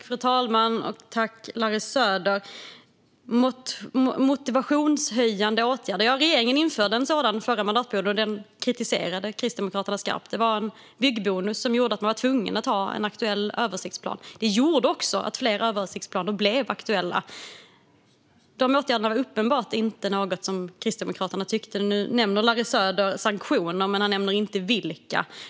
Fru talman! När det gäller motivationshöjande åtgärder införde regeringen en sådan under den förra mandatperioden, men den kritiserade Kristdemokraterna skarpt. Det var en byggbonus som gjorde att man var tvungen att ha en aktuell översiktsplan. Det gjorde att fler översiktsplaner blev aktuella, men denna åtgärd var uppenbarligen inte något som Kristdemokraterna tyckte om. Larry Söder nämnde sanktioner, men han nämnde inte vilka.